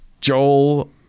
Joel